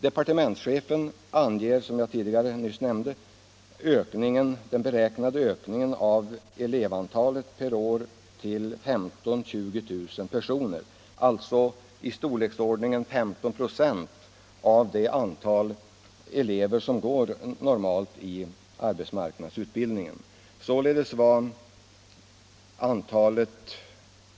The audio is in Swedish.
Departementschefen anger, som jag tidigare nämnde, den beräknade ökningen av elevantalet per år till 15 000-20 000 personer, alltså i storleksordningen 15 96 av det antal elever som normalt går i arbetsmarknadsutbildning.